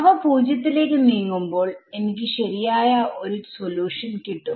അവ പൂജ്യത്തിലേക്ക് നീങ്ങുമ്പോൾ എനിക്ക് ശരിയായ ഒരു സൊല്യൂഷൻ കിട്ടും